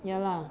ya lah